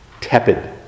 tepid